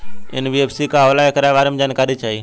NBFC का होला ऐकरा बारे मे जानकारी चाही?